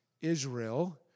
Israel